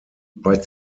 bei